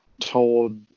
told